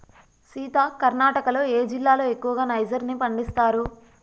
సీత కర్ణాటకలో ఏ జిల్లాలో ఎక్కువగా నైజర్ ని పండిస్తారు